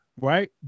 right